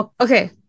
Okay